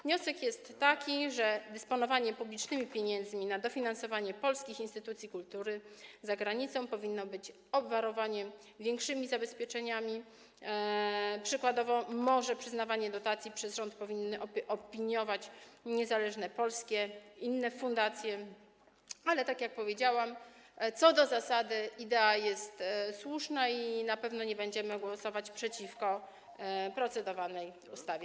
Wniosek jest taki, że dysponowanie publicznymi pieniędzmi na dofinansowanie polskich instytucji kultury za granicą powinno być obwarowane większymi zabezpieczeniami, przykładowo może przyznawanie dotacji przez rząd powinny opiniować inne niezależne polskie fundacje, ale tak jak powiedziałam, co do zasady idea jest słuszna i na pewno nie będziemy głosować przeciwko procedowanej ustawie.